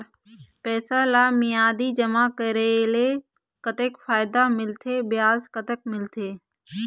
पैसा ला मियादी जमा करेले, कतक फायदा मिलथे, ब्याज कतक मिलथे?